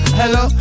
hello